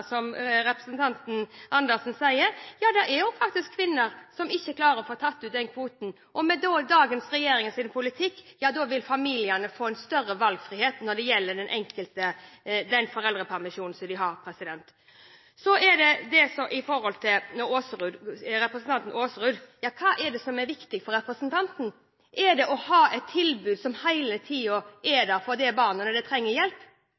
som representanten Andersen sier: Ja, det er faktisk også kvinner som ikke klarer å få tatt ut kvoten, og med dagens regjerings politikk vil familiene få større valgfrihet når det gjelder den foreldrepermisjonen de har. Så til representanten Aasrud – hva er det som er viktig for representanten? Er det det å ha et tilbud som hele tida er der for barnet når det trenger hjelp?